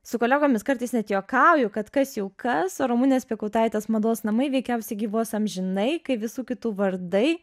su kolegomis kartais net juokauju kad kas jau kas o ramunės piekautaitės mados namai veikiausiai gyvuos amžinai kai visų kitų vardai